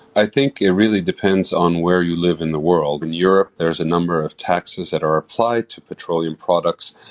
i think it really depends on where you live in the world. in europe, there's a number of taxes that are applied to petroleum products,